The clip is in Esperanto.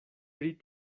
pri